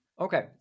Okay